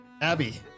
Abby